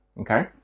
Okay